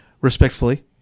respectfully